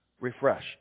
refreshed